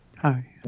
Hi